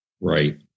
Right